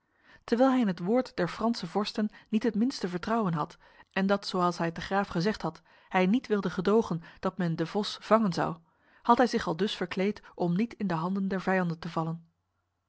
terwijl hij in het woord der franse vorsten niet het minste vertrouwen had en dat zoals hij het de graaf gezegd had hij niet wilde gedogen dat men de vos vangen zou had hij zich aldus verkleed om niet in de handen der vijanden te vallen